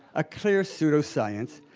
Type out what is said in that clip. a clear pseudoscience,